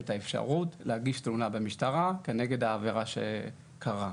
את האפשרות לגשת ולהגיש תלונה במשטרה כנגד העבירה שבוצעה.